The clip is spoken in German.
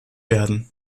werden